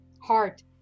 heart